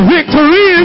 Victory